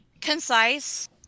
concise